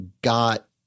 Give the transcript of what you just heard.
got